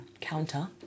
counter